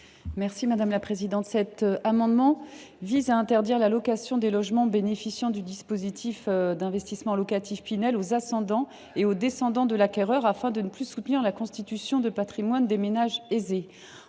Marianne Margaté. Cet amendement vise à interdire la location des logements bénéficiant du dispositif d’investissement locatif Pinel aux ascendants et aux descendants de l’acquéreur, afin de ne plus soutenir la constitution de patrimoine des ménages aisés.